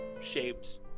shaped